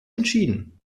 entschieden